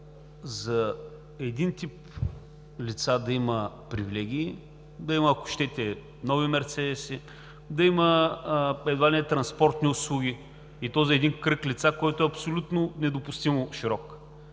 за един тип лица, да има, ако щете, нови мерцедеси, да има едва ли не транспортни услуги, и то за кръг лица, който е абсолютно недопустимо широк.